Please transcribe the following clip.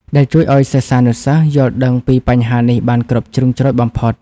ដែលជួយឱ្យសិស្សានុសិស្សយល់ដឹងពីបញ្ហានេះបានគ្រប់ជ្រុងជ្រោយបំផុត។